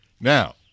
Now